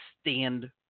stand